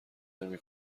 نمی